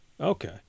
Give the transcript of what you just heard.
Okay